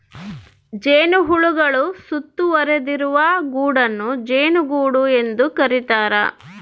ಜೇನುಹುಳುಗಳು ಸುತ್ತುವರಿದಿರುವ ಗೂಡನ್ನು ಜೇನುಗೂಡು ಎಂದು ಕರೀತಾರ